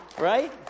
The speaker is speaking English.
right